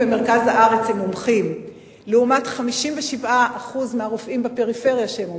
הארץ, לעומת 57% מהרופאים בפריפריה שהם מומחים.